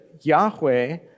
Yahweh